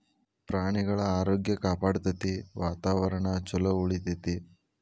ಪ್ರಾಣಿಗಳ ಆರೋಗ್ಯ ಕಾಪಾಡತತಿ, ವಾತಾವರಣಾ ಚುಲೊ ಉಳಿತೆತಿ